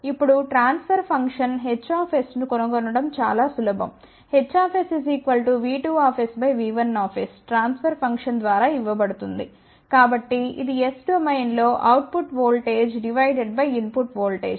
ఇప్పుడు transfer function H ను కనుగొనడం చాలా సులభం HsV2SV1S ట్రాన్ఫర్ ఫంక్షన్ ద్వారా ఇవ్వబడుతుంది కాబట్టి ఇది s డొమైన్లో output voltage divided by input voltage